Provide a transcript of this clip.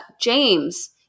James